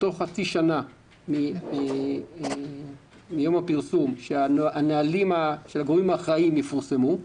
תוך חצי שנה מיום הפרסום הנהלים של הגורמים האחראים יפורסמו,